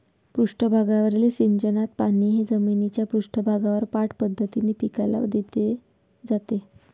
पृष्ठभागावरील सिंचनात पाणी हे जमिनीच्या पृष्ठभागावर पाठ पद्धतीने पिकाला दिले जाते